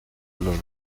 los